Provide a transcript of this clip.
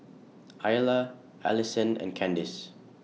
Ayla Allisson and Candice